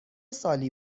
سالی